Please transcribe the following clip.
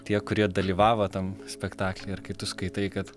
tie kurie dalyvavo tam spektakly ir kai tu skaitai kad